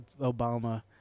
Obama